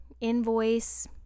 Invoice